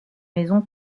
maison